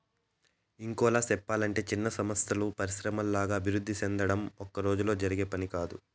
ఇంకోలా సెప్పలంటే చిన్న సంస్థలు పరిశ్రమల్లాగా అభివృద్ధి సెందడం ఒక్కరోజులో జరిగే పని కాదు